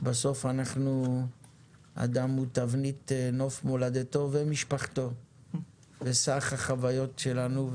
בסוף אדם הוא תבנית נוף מולדתו ומשפחתו וסך החוויות שלנו,